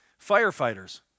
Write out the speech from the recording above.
firefighters